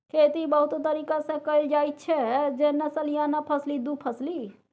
खेती बहुतो तरीका सँ कएल जाइत छै जेना सलियाना फसली, दु फसली